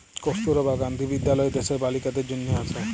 কস্তুরবা গান্ধী বিদ্যালয় দ্যাশের বালিকাদের জনহে আসে